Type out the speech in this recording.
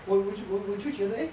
我我就我就觉得 eh